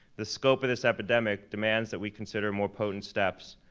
the scope of this epidemic demands that we consider more potent steps.